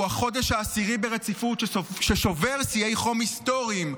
החודש העשירי ברציפות ששובר שיאי חום היסטוריים,